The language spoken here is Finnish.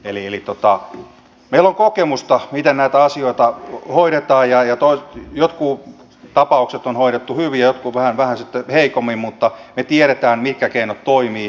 meillä on kokemusta miten näitä asioita hoidetaan ja jotkut tapaukset on hoidettu hyvin ja jotkut sitten vähän heikommin mutta me tiedämme mitkä keinot toimivat